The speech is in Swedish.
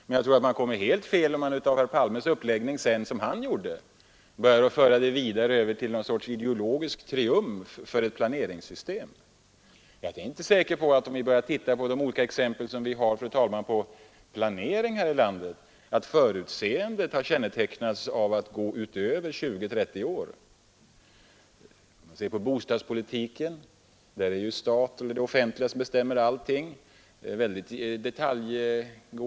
Men jag tror att man kommer alldeles fel om man, som herr Palme gjorde, för detta vidare till att vara en ideologisk triumf för planeringssystemet. Jag är inte säker på, fru talman, att de olika exempel vi har på planering här i landet har kännetecknats av att förutseendet har sträckt sig så långt som till 20—30 år. Ser vi på bostadspolitiken är det staten och det offentliga som bestämmer allt — in i detalj.